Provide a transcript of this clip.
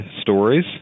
stories